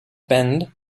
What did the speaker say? bend